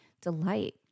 delight